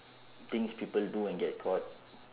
things people do and get caught